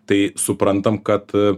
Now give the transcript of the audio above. tai suprantam kad